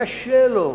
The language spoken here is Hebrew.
קשה לו.